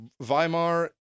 Weimar